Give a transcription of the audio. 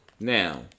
Now